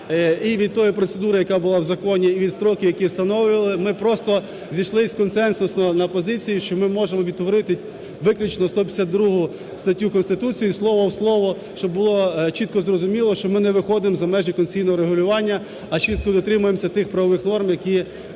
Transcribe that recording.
і від тої процедури, яка була в законі, і від строків, які встановлювали, ми просто зійшлись консенсусно на позиції, що ми можемо відтворити виключно 152 статтю Конституції слово в слово, щоб було чітко зрозуміло, що ми не виходимо за межі конституційного регулювання, а чітко дотримуємося тих правових норм, які вже містяться